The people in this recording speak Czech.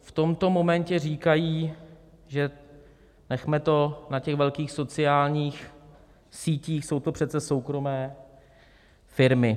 V tomto momentě říkají: nechme to na těch velkých sociálních sítích, jsou to přece soukromé firmy.